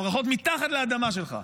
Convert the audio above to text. הברחות מתחת לאדמה שלך.